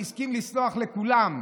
הסכים לסלוח לכולם,